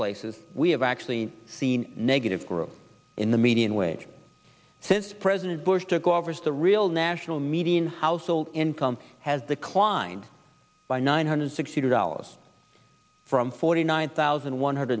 places we have actually seen negative growth in the median wage since president bush took office the real national median household income has declined by nine hundred sixty two dollars from forty nine thousand one hundred